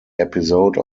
episode